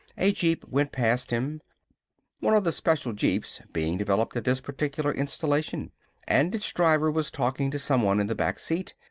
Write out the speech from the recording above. a jeep went past him one of the special jeeps being developed at this particular installation and its driver was talking to someone in the back seat,